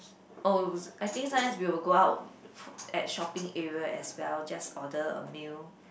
oh I think sometimes we will go out at shopping area as well just order a meal